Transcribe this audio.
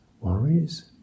worries